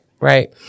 Right